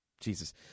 Jesus